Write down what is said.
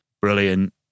Brilliant